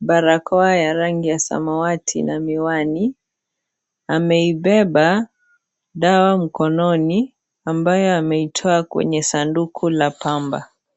barakoa ya rangi ya samawati na miwani, ameibeba dawa mkononi ambayo ameitoa kwenye sanduku la pamba.